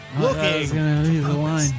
Looking